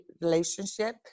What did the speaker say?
relationship